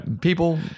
people